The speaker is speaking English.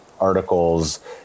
articles